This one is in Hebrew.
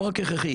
לא רק הכרחי,